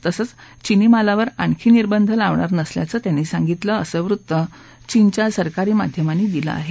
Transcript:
तसंच चिनी मालावर आणखी निर्बंध लावणार नसल्याचं त्यांनी सांगितलं असं वृत्त चीनच्या सरकारी माध्यमांनी दिलं आहे